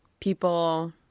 people